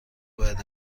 باید